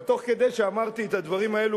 אבל תוך כדי שאמרתי את הדברים האלו